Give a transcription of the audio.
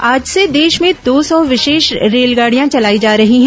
आज से देश में दो सौ विशेष रेलगाड़ियां चलाई जा रही हैं